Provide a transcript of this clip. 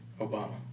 Obama